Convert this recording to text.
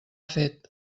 fet